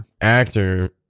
actor